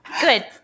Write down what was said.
good